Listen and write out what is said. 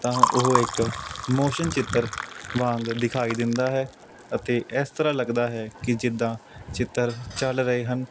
ਤਾਂ ਉਹ ਇੱਕ ਮੋਸ਼ਨ ਚਿੱਤਰ ਵਾਂਗ ਦਿਖਾਈ ਦਿੰਦਾ ਹੈ ਅਤੇ ਇਸ ਤਰ੍ਹਾਂ ਲੱਗਦਾ ਹੈ ਕਿ ਜਿੱਦਾਂ ਚਿੱਤਰ ਚੱਲ ਰਹੇ ਹਨ